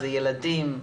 ילדים,